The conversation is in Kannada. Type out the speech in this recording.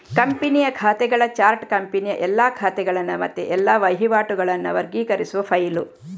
ಕಂಪನಿಯ ಖಾತೆಗಳ ಚಾರ್ಟ್ ಕಂಪನಿಯ ಎಲ್ಲಾ ಖಾತೆಗಳನ್ನ ಮತ್ತೆ ಎಲ್ಲಾ ವಹಿವಾಟುಗಳನ್ನ ವರ್ಗೀಕರಿಸುವ ಫೈಲು